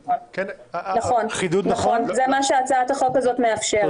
נכון, זה מה שהצעת החוק הזאת מאפשרת.